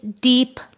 deep